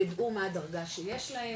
יידעו מה הדרגה שיש להם,